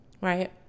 Right